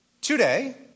today